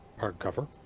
hardcover